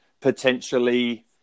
potentially